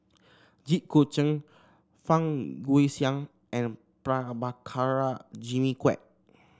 Jit Koon Ch'ng Fang Guixiang and Prabhakara Jimmy Quek